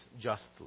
justly